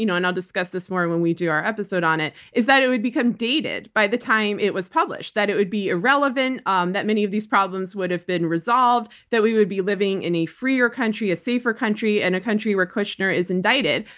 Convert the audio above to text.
you know and i'll discuss this more when we do our episode on it, is that it would become dated by the time it was published, that it would be irrelevant, um that many of these problems would have been resolved, that we would be living in a freer country, a safer country, and a country were kushner is indicted.